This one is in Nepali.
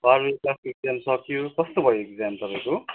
बाह्र क्लासको इग्ज्याम सकियो कस्तो भयो इग्ज्याम तपाईँको